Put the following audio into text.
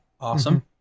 Awesome